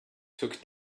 took